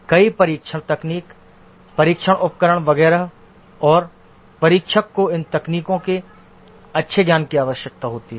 कई परीक्षण तकनीक परीक्षण उपकरण वगैरह और परीक्षक को इन तकनीकों के अच्छे ज्ञान की आवश्यकता होती है